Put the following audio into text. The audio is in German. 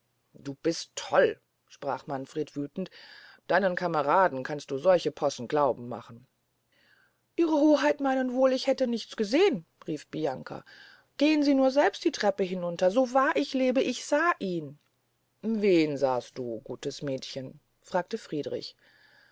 du bist toll sprach manfred wüthend deinen cameraden kannst du solche possen glauben machen ihre hoheit meynen wohl ich hätte nichts gesehn rief bianca gehn sie nur selbst die treppe hinunter so wahr ich lebe ich sah ihn wen sahst du gutes mädchen fragte friedrich